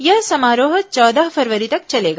यह समारोह चौदह फरवरी तक चलेगा